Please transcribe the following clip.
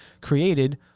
created